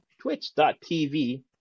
twitch.tv